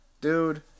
dude